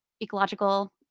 ecological